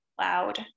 loud